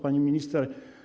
Pani Minister!